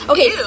Okay